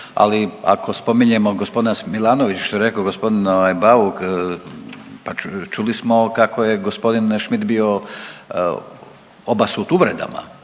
Ali ako spominjemo gospodina Milanovića što je rekao gospodin Bauk, pa čuli smo kako je gospodin Schmidt bio obasut uvredama.